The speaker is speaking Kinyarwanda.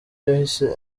yahise